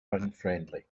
unfriendly